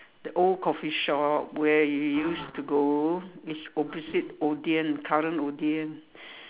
the old coffee shop where you used to go is opposite Odean the current Odean